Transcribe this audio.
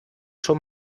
schon